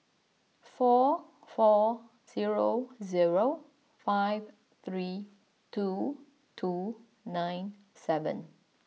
four four zero zero five three two two nine seven